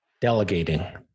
delegating